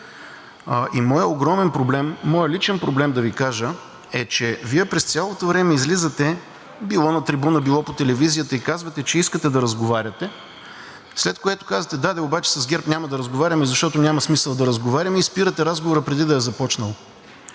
моят личен проблем, да Ви кажа, е, че Вие през цялото време излизате – било на трибуната, било по телевизията, и казвате, че искате да разговаряте, след което казвате: „Да де, обаче с ГЕРБ няма да разговаряме, защото няма смисъл да разговаряме“ и спирате разговора, преди да е започнал.